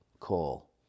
call